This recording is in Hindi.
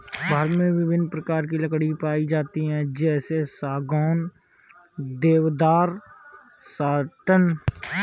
भारत में विभिन्न प्रकार की लकड़ी पाई जाती है जैसे सागौन, देवदार, साटन